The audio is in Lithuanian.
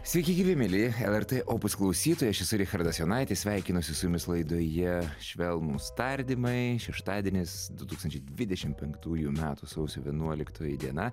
sveiki gyvi mieli lrt opus klausytojai as esu richardas jonaitis sveikinuosi su jumis laidoje švelnūs tardymai šeštadienis du tūkstančiai dvidešimt penktųjų metų sausio vienuoliktoji diena